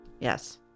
yes